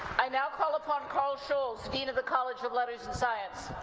i now call upon karl scholz, dean of the college of letters and science.